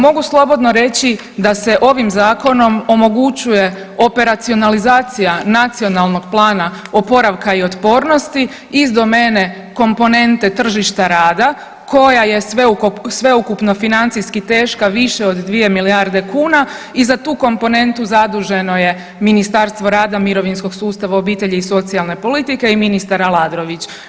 Mogu slobodno reći da se ovim zakonom omogućuje operacionalizacija Nacionalnog plana oporavka i otpornosti iz domene komponente tržišta rada koja je sveukupno financijski teška više od 2 milijarde kuna i za tu komponentu zaduženo je Ministarstvo rada, mirovinskog sustava, obitelji i socijalne politike i ministar Aladrović.